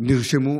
נרשמו,